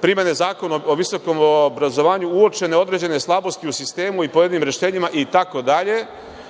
primene Zakona o visokom obrazovanju uočene određene slabosti u sistemu i pojedinim rešenjima, itd,